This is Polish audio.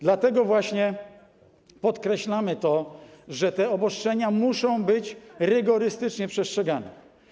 Dlatego właśnie podkreślamy, że te obostrzenia muszą być rygorystycznie przestrzegane.